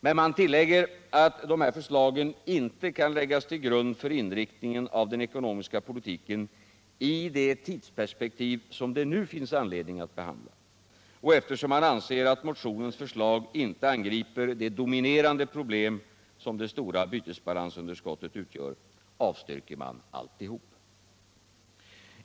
Men man tillägger att de förslagen inte kan läggas till grund för inriktningen av den ekonomiska politiken i det tids perspektiv som det nu finns anledning att behandla. Och eftersom man anser att motionens förslag inte angriper det dominerande problem som det stora bytesbalansunderskottet utgör avstyrker man alltihop.